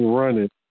running